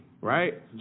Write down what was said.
right